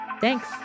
Thanks